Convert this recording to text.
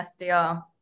SDR